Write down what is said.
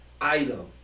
item